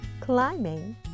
climbing